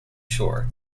shore